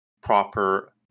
proper